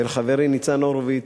ולחברי ניצן הורוביץ.